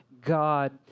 God